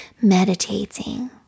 meditating